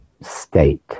state